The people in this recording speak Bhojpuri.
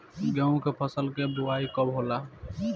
गेहूं के फसल के बोआई कब होला?